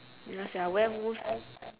werewolf